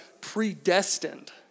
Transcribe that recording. predestined